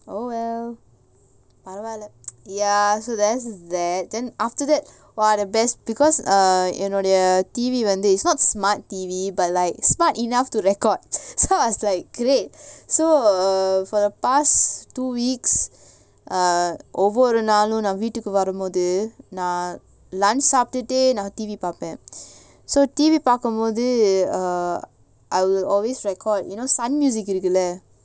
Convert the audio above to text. oh well பரவால்ல:paravala ya so there's that then after that !wah! the best because err you know the err T_V வந்து:vandhu it's not smart T_V but like smart enough to record it's not like great so for the past two weeks err ஒவ்வொருநாளும்நான்வீட்டுக்குவரும்போது:ovvoru naalum naan veetuku varumpothu lunch saturday T_V பார்ப்பேன்:parpen so T_V பாக்கும்போது:pakumpothu err I will always record you know sun music இருக்குல்ல